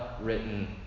written